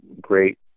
great